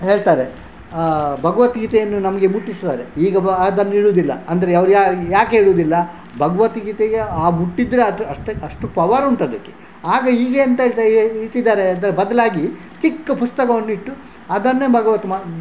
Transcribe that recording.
ಹೇಳ್ತಾರೆ ಭಗವದ್ಗೀತೆಯನ್ನು ನಮಗೆ ಮುಟ್ಟಿಸ್ತಾರೆ ಈಗ ಬ ಅದನ್ನಿಡೋದಿಲ್ಲ ಅಂದರೆ ಅವ್ರು ಏಕೆ ಇಡುವುದಿಲ್ಲ ಭಗವದ್ಗೀತೆಗೆ ಆ ಮುಟ್ಟಿದರೆ ಅದು ಅಷ್ಟೇ ಅಷ್ಟು ಪವರುಂಟದಕ್ಕೆ ಆಗ ಈಗ ಎಂತ ಹೇಳ್ತಾ ಇಟ್ಟಿದ್ದಾರೆ ಅಂದರೆ ಅದರ ಬದಲಾಗಿ ಚಿಕ್ಕ ಪುಸ್ತಕವನ್ನಿಟ್ಟು ಅದನ್ನೇ ಭಗವತ್